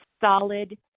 solid